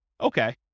Okay